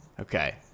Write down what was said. Okay